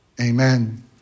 amen